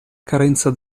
carenza